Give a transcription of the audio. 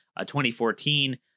2014